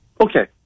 Okay